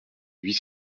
huit